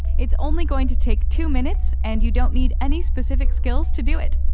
it's only going to take two minutes and you don't need any specific skills to do it.